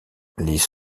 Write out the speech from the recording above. les